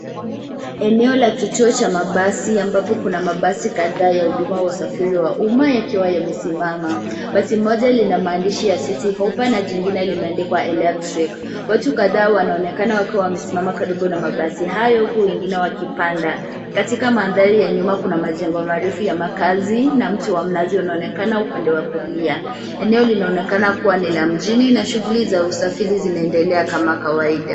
Eneo la kituo cha mabasi ambapo kuna mabasi kadhaa ya huduma ya usafiri wa umma yakiwa yamesimama. Basi moja lina maandishi ya city hoppa na lingine limeandikwa electric . Watu kadhaa wanaonekana wakiwa wamesimama karibu na mabasi hayo huku wengine wakipanda. Katika mandhari ya nyuma kuna majengo marefu ya makazi na mti wa mnazi unaonekana upande wa kulia. Eneo linaonekana kuwa ni la mjini na shughuli za usafiri zinaendelea kama kawaida.